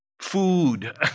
Food